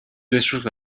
district